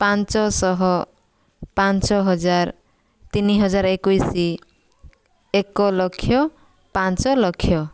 ପାଞ୍ଚଶହ ପାଞ୍ଚ ହଜାର ତିନିହଜାର ଏକୋଇଶି ଏକ ଲକ୍ଷ ପାଞ୍ଚ ଲକ୍ଷ